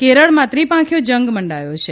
કેરળમાં ત્રિપાંખીયો જંગ મંડાયો છે